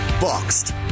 Boxed